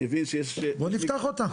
בוא נפתח אותה.